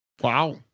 Wow